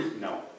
no